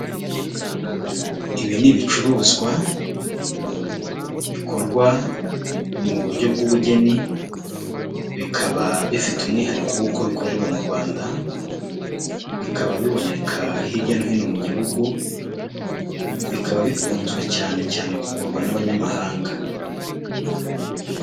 Ibi n'ibicuruzwa bikorwa mu buryo bw'ubugeni, bikaba bifite umwihariko w'uko bikorerwa mu Rwanda bikaba biboneka hirya no hino mu gihugu, bikaba bikunzwe cyane cyane kugurwa n'abanyamahanga.